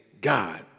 God